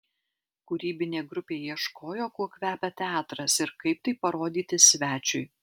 kūrybinė grupė ieškojo kuo kvepia teatras ir kaip tai parodyti svečiui